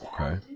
Okay